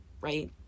right